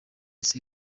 the